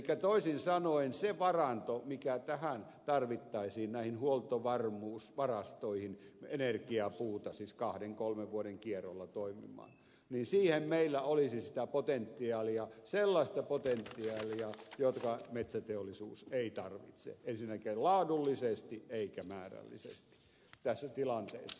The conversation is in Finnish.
toisin sanoen siihen varantoon mikä tarvittaisiin näihin huoltovarmuusvarastoihin energiapuuta siis kahden kolmen vuoden kierrolla toimimaan meillä olisi sellaista potentiaalia jota metsäteollisuus ei tarvitse ensinnäkään laadullisesti eikä määrällisesti tässä tilanteessa